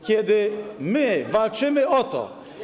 Kiedy my walczymy o to.